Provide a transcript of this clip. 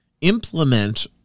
implement